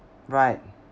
right